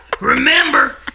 Remember